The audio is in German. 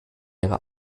ihre